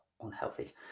unhealthy